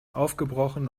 aufgebrochen